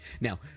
Now